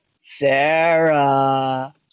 sarah